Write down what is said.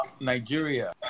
Nigeria